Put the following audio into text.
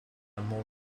more